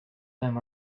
them